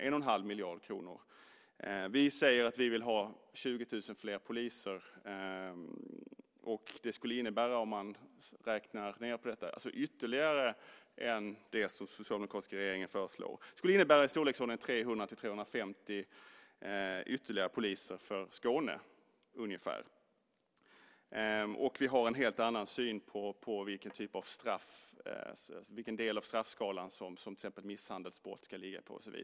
1 1⁄2 miljard kronor! Vi säger att vi vill ha 20 000 fler poliser än vad den socialdemokratiska regeringen föreslår, vilket skulle innebära i storleksordningen 300-350 ytterligare poliser till Skåne. Vi har en helt annan syn på vilken del av straffskalan som till exempel misshandelsbrott ska ligga på.